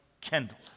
kindled